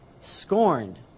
scorned